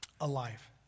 alive